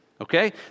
okay